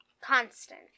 constant